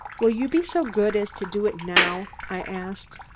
will you be so good as to do it now? i asked.